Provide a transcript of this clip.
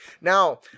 Now